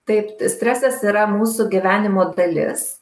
taip stresas yra mūsų gyvenimo dalis